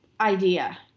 idea